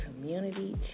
community